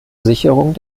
sicherung